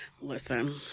Listen